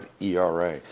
ERA